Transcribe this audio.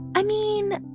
i mean,